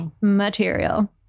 material